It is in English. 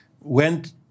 went